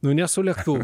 nu ne su lėktuvu